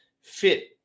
fit